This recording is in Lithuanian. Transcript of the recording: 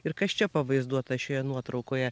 ir kas čia pavaizduota šioje nuotraukoje